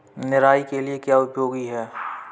निराई के लिए क्या उपयोगी है?